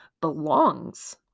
belongs